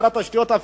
שר התשתיות,